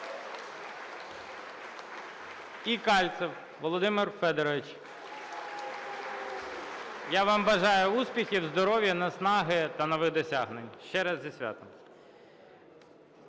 і Кальцев Володимир Федорович. (Оплески) Я вам бажаю успіхів, здоров'я, наснаги та нових досягнень! Ще раз – зі святом!